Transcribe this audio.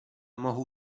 mohou